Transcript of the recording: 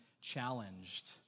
challenged